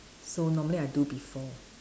so normally I do before